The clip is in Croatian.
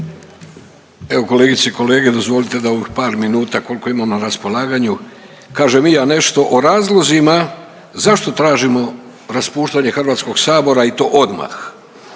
Evo kolegice i kolege dozvolite da u ovih par minuta koliko imam na raspolaganju kažem i ja nešto o razlozima zašto tražimo raspuštanje Hrvatskog sabora i to odmah.